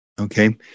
Okay